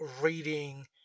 reading